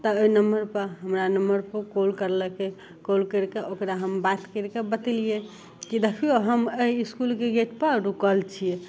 तब ओइ नम्मरपर हमरा नम्बरपर कॉल करलकय कॉल करिकऽ ओकरा हम करिकऽ बतेलियै कि दखियौ हम अइ इसकुलके गेटपर रुकल छियै